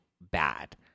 bad